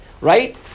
right